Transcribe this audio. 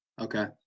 Okay